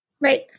Right